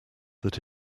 that